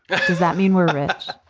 does that mean we're rich?